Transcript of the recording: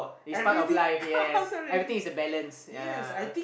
it's part of life yes everything is a balance yea